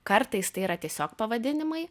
kartais tai yra tiesiog pavadinimai